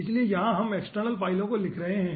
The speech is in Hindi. इसलिए यहां हम एक्सटर्नल फाइलों को लिख रहे हैं